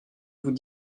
vous